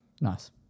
Nice